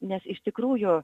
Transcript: nes iš tikrųjų